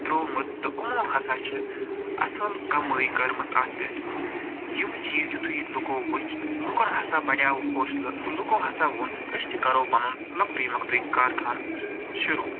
ترٛومُت تہٕ یِمو ہسا چھِ اَصٕل کَمٲے کٔرمٕژ اَتھ پٮ۪ٹھ یِم چیٖز یُتھُے لُکو وٕچھ لُکَن ہسا بَڑیو حوصلہٕ تہٕ لُکو ہسا ووٚن أسۍ تہِ کَرو پَنُن لۄکٹُے مۄکٹُے کارخانہ شروٗع